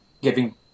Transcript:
giving